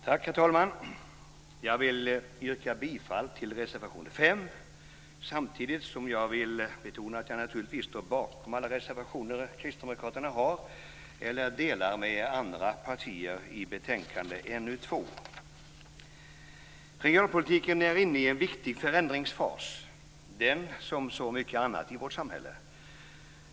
Herr talman! Jag vill yrka bifall till reservation 5 samtidigt som jag vill betona att jag naturligtvis står bakom alla reservationer som kristdemokraterna har eller delar med andra partier i betänkande NU2. Regionalpolitiken är inne i en viktig förändringsfas, som så mycket annat i vårt samhälle.